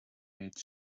méid